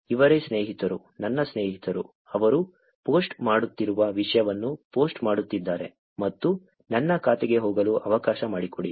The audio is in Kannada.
ಇವರೇ ಸ್ನೇಹಿತರು ನನ್ನ ಸ್ನೇಹಿತರು ಅವರು ಪೋಸ್ಟ್ ಮಾಡುತ್ತಿರುವ ವಿಷಯವನ್ನು ಪೋಸ್ಟ್ ಮಾಡುತ್ತಿದ್ದಾರೆ ಮತ್ತು ನನ್ನ ಖಾತೆಗೆ ಹೋಗಲು ಅವಕಾಶ ಮಾಡಿಕೊಡಿ